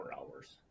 hours